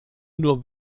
nur